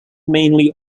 mainly